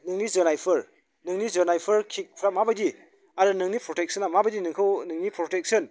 नोंनि जोनायफोर नोंनि जोनायफोर किकफ्रा माबायदि आरो प्रटेकसना माबायदि नोंखौ नोंनि प्रटेकसन